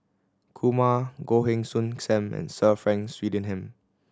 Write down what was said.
Kumar Goh Heng Soon Sam and Sir Frank Swettenham